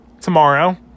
tomorrow